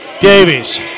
Davies